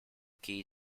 key